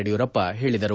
ಯಡಿಯೂರಪ್ಪ ಹೇಳದರು